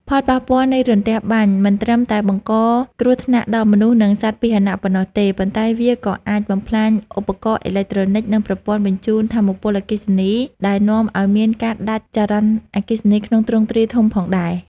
ផលប៉ះពាល់នៃរន្ទះបាញ់មិនត្រឹមតែបង្កគ្រោះថ្នាក់ដល់មនុស្ស និងសត្វពាហនៈប៉ុណ្ណោះទេ ប៉ុន្តែវាក៏អាចបំផ្លាញឧបករណ៍អេឡិចត្រូនិច និងប្រព័ន្ធបញ្ជូនថាមពលអគ្គិសនី ដែលនាំឱ្យមានការដាច់ចរន្តអគ្គិសនីក្នុងទ្រង់ទ្រាយធំផងដែរ។